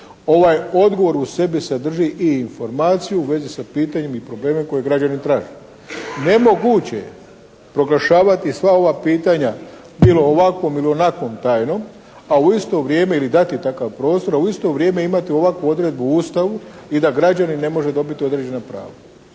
Ovaj odgovor u sebi sadrži i informaciju u vezi sa pitanjem i problemom koje građanin traži. Nemoguće je proglašavati sva ova pitanja bilo onakvom ili ovakvom tajnom, a u isto vrijeme ili dati takav prostor, a u isto vrijeme imati ovakvu odredbu u Ustavu i da građanin ne može dobiti određena prava.